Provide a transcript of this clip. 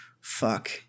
fuck